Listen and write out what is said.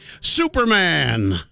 Superman